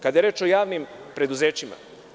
Kada je reč o javnim preduzećima.